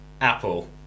Apple